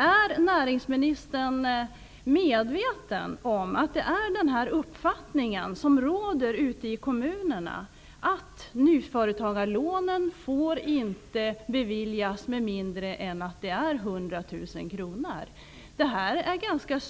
Är näringsministern medveten om att det är den här uppfattningen som råder ute i kommunerna, att nyföretagarlån inte får beviljas med mindre än att det gäller 100 000 kr? Det är ganska